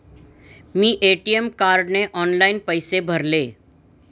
मी ATM कार्डने online पैसे भरले